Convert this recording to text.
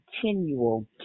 continual